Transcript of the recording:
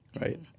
right